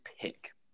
pick